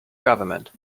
government